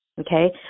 okay